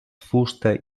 fusta